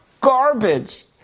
garbage